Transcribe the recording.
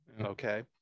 okay